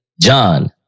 John